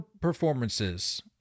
performances